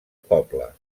poble